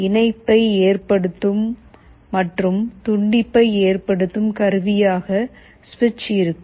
இணைப்பை ஏற்படுத்தும் மற்றும் துண்டிப்பை ஏற்படுத்தும் கருவியாக சுவிட்ச் இருக்கும்